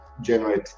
generate